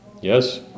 Yes